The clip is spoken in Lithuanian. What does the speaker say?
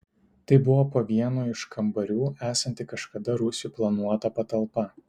tai buvo po vienu iš kambarių esanti kažkada rūsiui planuota patalpa